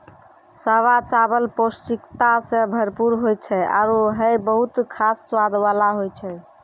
सावा चावल पौष्टिकता सें भरपूर होय छै आरु हय बहुत खास स्वाद वाला होय छै